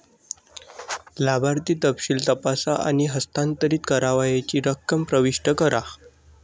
लाभार्थी तपशील तपासा आणि हस्तांतरित करावयाची रक्कम प्रविष्ट करा